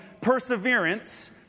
perseverance